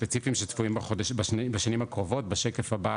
ספציפיים שצפויים בשנים הקרובות, בשקף הבא